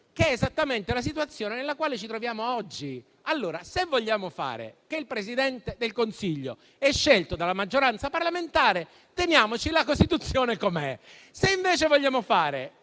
è esattamente la situazione nella quale ci troviamo oggi. Se vogliamo fare che il Presidente del Consiglio è scelto dalla maggioranza parlamentare, teniamoci la Costituzione così com'è. Se invece vogliamo passare